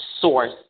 source